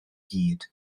gyd